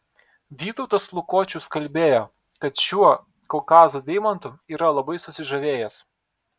vytautas lukočius kalbėjo kad šiuo kaukazo deimantu yra labai susižavėjęs